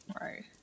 right